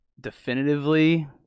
definitively